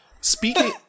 Speaking